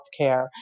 healthcare